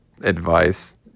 advice